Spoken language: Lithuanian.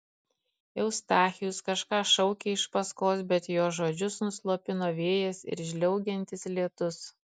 eustachijus kažką šaukė iš paskos bet jo žodžius nuslopino vėjas ir žliaugiantis lietus